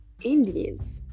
indians